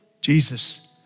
Jesus